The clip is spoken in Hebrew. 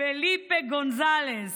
פליפה גונסאלס,